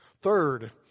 Third